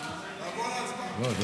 השרה גילה גמליאל, את